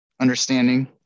understanding